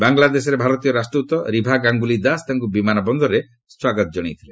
ବାଂଲାଦେଶରେ ଭାରତୀୟ ରାଷ୍ଟ୍ରଦୂତ ରିଭା ଗାଙ୍ଗୁଲି ଦାସ ତାଙ୍କୁ ବିମାନବନ୍ଦରରେ ସ୍ୱାଗତ ଜଣାଇଥିଲେ